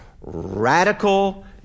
radical